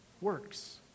Works